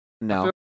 No